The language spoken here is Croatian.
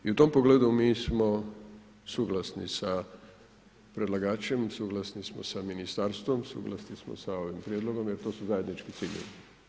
I u tom pogledu mi smo suglasni sa predlagačem, suglasni smo sa ministarstvom, suglasni smo sa ovim prijedlogom jer to su zajednički ciljevi.